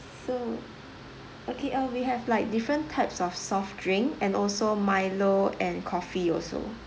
so okay uh we have like different types of soft drink and also milo and coffee also